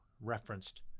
referenced